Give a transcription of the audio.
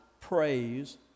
praise